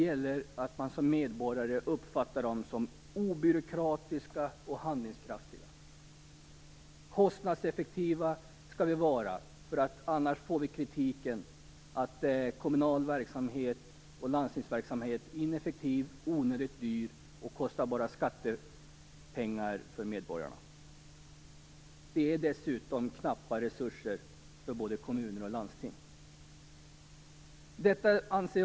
Medborgarna skall uppfatta dem som obyråkratiska och handlingskraftiga. Kommunerna skall vara kostnadseffektiva. Annars får de kritik, och det sägs att kommunal och landstingskommunal verksamhet är ineffektiv, onödigt dyr och bara kostar medborgarna skattepengar. Dessutom har både kommuner och landsting knappa resurser.